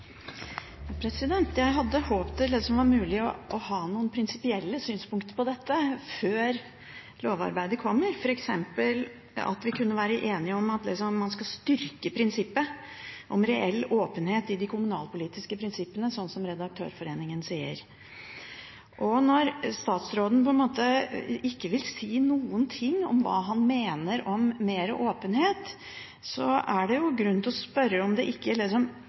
var mulig å ha noen prinsipielle synspunkter på dette før lovarbeidet kommer hit, f.eks. at vi kunne være enige om at man skal styrke prinsippet om reell åpenhet i de kommunalpolitiske prosessene, som Redaktørforeningen sier. Når statsråden på en måte ikke vil si noen ting om hva han mener om mer åpenhet, er det grunn til å spørre om han ikke